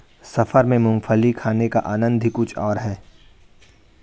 सफर में मूंगफली खाने का आनंद ही कुछ और है